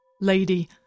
Lady